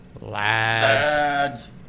Lads